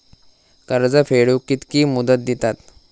कर्ज फेडूक कित्की मुदत दितात?